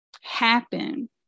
happen